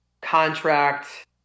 contract